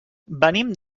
venim